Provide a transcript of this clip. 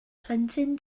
plentyn